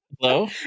hello